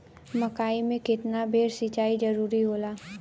मकई मे केतना बेर सीचाई जरूरी होला?